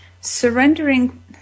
surrendering